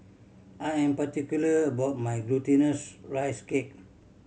I am particular about my Glutinous Rice Cake